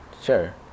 sure